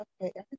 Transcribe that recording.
Okay